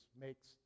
makes